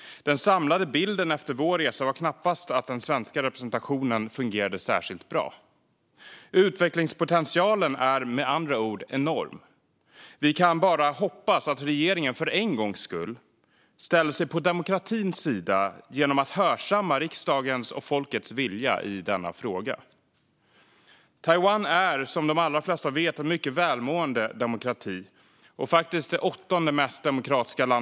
Den samlade bilden efter vår resa var knappast att den svenska representationen fungerade särskilt bra. Utvecklingspotentialen är med andra ord enorm. Vi kan därför bara hoppas att regeringen för en gång skull ställer sig på demokratins sida genom att hörsamma riksdagens och folkets vilja i denna fråga. Taiwan är som de allra flesta vet en mycket välmående demokrati med nästan 24 miljoner invånare.